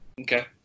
Okay